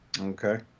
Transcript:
okay